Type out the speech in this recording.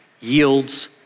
yields